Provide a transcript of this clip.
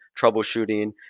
troubleshooting